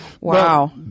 Wow